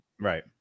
Right